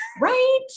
right